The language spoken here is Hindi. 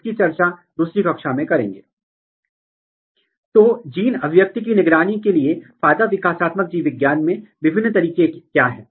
इस तरह के जीन की पहचान के लिए माइक्रोएरे आरएनए अनुक्रमण जैसी वैश्विक तकनीकों का उपयोग किया जा सकता है